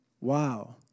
wow